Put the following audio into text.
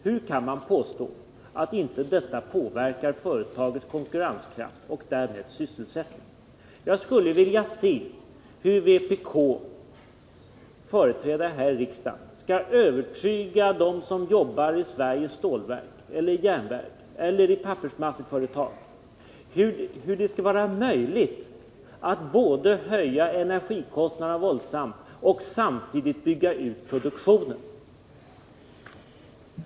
Hur kan man påstå att detta inte påverkar företagets konkurrenskraft och därmed sysselsättningen? Jag skulle vilja se hur vpk:s företrädare här i riksdagen skall kunna övertyga dem som jobbar i Sveriges stålverk, järnverk eller pappersmasseföretag att det är möjligt att både höja energikostnaderna våldsamt och samtidigt bygga ut produktionen.